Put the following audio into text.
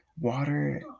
water